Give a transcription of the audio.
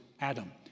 Adam